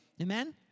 Amen